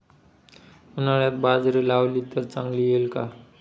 उन्हाळ्यात बाजरी लावली तर चांगली येईल का?